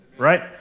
right